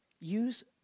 Use